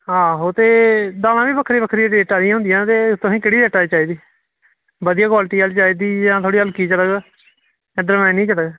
आहो ते दालां बी बक्खरी बक्खरी रेटा दियां होंदियां ते तुसें केह्ड़ी रेटा दी चाहिदी बधिया क्वालिटी दी चाहिदी होग जां हल्की चलग डब्बें आह्ली निं चलग